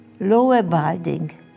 law-abiding